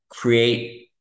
create